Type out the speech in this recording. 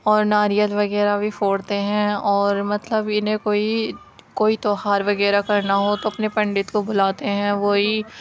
اور ناریل وغیرہ بھی پھوڑتے ہیں اور مطلب انھیں کوئی کوئی تیوہار وغیرہ کرنا ہو تو اپنے پنڈت کو بلاتے ہیں وہی